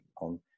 on